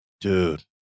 Dude